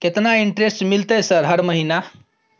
केतना इंटेरेस्ट मिलते सर हर महीना?